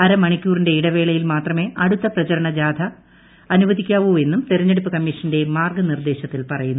അര മണിക്കൂറിന്റെ ഇടവേളയിൽ മാത്രമേ അടുത്ത പ്രചരണ ജാഥ അനുവദിക്കാവൂ എന്നും തെരഞ്ഞെടുപ്പ് കമ്മീഷന്റെ മാർഗനിർദേശത്തിൽ പറയുന്നു